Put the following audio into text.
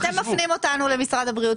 אתם מפנים אותנו למשרד הבריאות,